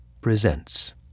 presents